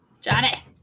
Johnny